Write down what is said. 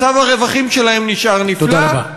מצב הרווחים שלהם נשאר נפלא,